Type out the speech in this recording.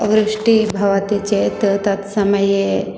वृष्टिः भवति चेत् तत् समये